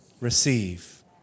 receive